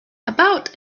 about